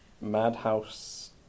Madhouse